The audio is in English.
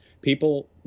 People